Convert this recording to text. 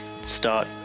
start